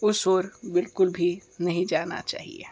उस ओर बिल्कुल भी नहीं जाना चाहिए